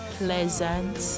pleasant